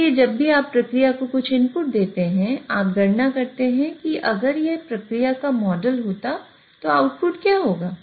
इसलिए जब भी आप प्रक्रिया को कुछ इनपुट देते हैं आप गणना करते हैं कि अगर यह प्रक्रिया का मॉडल होता तो आउटपुट क्या होगा